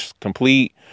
complete